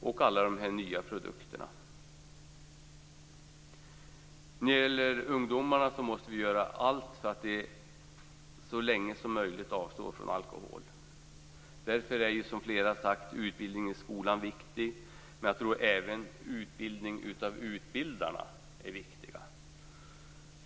Många nya produkter har också kommit. Vi måste göra allt för att ungdomarna så länge som möjligt avstår från alkohol. Därför är utbildning i skolan viktig, som flera har sagt. Men jag tror även att utbildning av utbildarna är viktig.